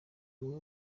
amwe